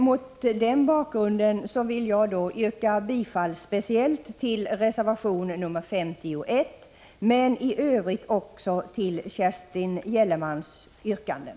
Mot den bakgrunden vill jag yrka bifall speciellt till reservation 51, men i övrigt också till Kerstin Gellermans yrkanden.